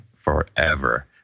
forever